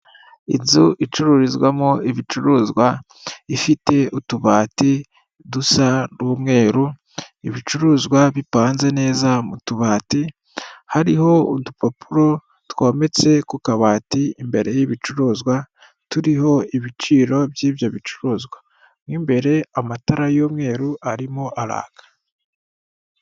Inzu icururizwamo ibicuruzwa, ifite utubati dusa n'umweru, ibicuruzwa bipanze neza mu tubati, hariho udupapuro twometse ku kabati imbere y'ibicuruzwa, turiho ibiciro by'ibyo bicuruzwa. Mo imbere amatara y'umweru arimo araka.